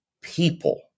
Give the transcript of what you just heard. people